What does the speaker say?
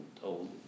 told